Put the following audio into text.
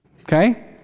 Okay